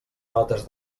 notes